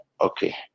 Okay